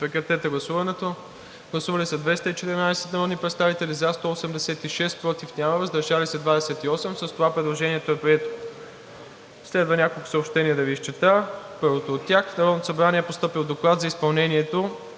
точка в дневния ред. Гласували 214 народни представители: за 186, против няма, въздържали се 28. Предложението е прието. Следва няколко съобщения да Ви изчета. Първото от тях: В Народното събрание е постъпил Доклад за изпълнението